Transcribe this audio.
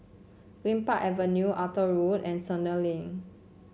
Greenpark Avenue Arthur Road and Sentul Link